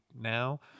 now